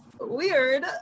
weird